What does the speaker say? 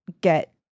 get